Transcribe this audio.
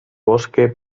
bosque